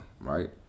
right